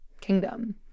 kingdom